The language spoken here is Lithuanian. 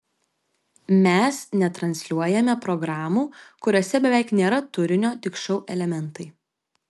mes netransliuojame programų kuriose beveik nėra turinio tik šou elementai